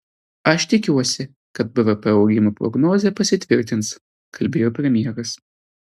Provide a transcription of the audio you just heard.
aš tikiuosi kad bvp augimo prognozė pasitvirtins kalbėjo premjeras